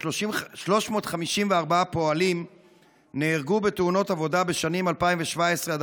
354 פועלים נהרגו בתאונות עבודה בשנים 2017 2021,